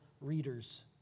readers